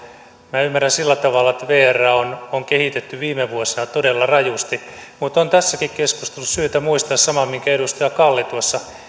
minä ymmärrän sillä tavalla että vrää on on kehitetty viime vuosina todella rajusti mutta on tässäkin keskustelussa syytä muistaa sama minkä edustaja kalli tuossa